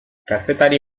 kazetari